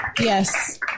yes